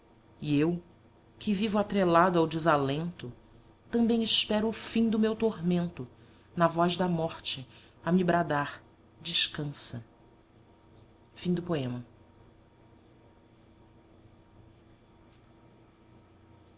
e eu que vivo atrelado ao desalento também espero o fim do meu tormento na voz da morte a me bradar descansa